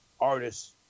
artists